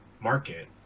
market